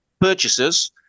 purchases